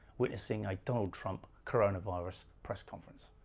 witnessing a donald trump coronavirus press conference.